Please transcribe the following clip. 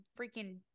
freaking